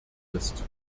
ist